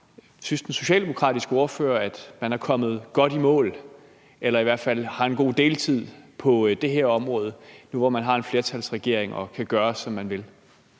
vide: Synes den socialdemokratiske ordfører, at man er kommet godt i mål eller i hvert fald har en god mellemtid på det her område nu, hvor man har en flertalsregering og kan gøre, som man vil?